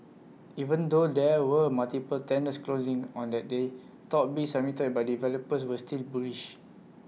even though there were multiple tenders closings on that day top bids submitted by developers were still bullish